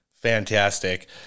fantastic